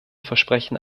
versprechen